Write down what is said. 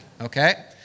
okay